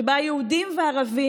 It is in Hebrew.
שבה יהודים וערבים,